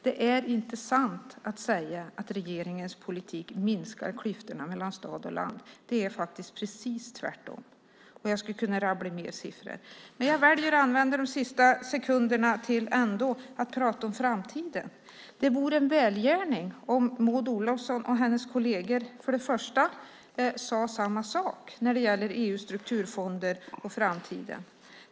Det är inte sant att regeringens politik minskar klyftorna mellan stad och land. Det är faktiskt precis tvärtom. Jag skulle kunna rabbla fler siffror. Jag väljer dock att använda de sista sekunderna till att prata om framtiden. Det vore en välgärning om Maud Olofsson och hennes kolleger sade samma sak när det gäller EU:s strukturfonder och framtiden.